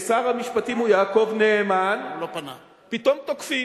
כששר המשפטים הוא יעקב נאמן פתאום תוקפים.